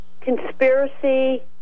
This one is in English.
Conspiracy